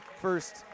first